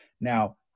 Now